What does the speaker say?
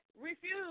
refuse